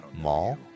mall